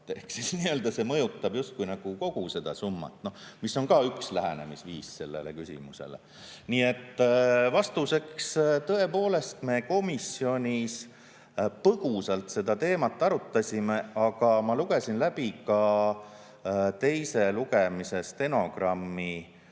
mõjutab justkui kogu seda summat, mis on ka üks lähenemisviis sellele küsimusele. Vastuseks: tõepoolest, komisjonis me põgusalt seda teemat arutasime, aga ma lugesin läbi ka teise lugemise stenogrammi.